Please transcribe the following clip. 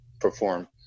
perform